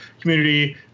community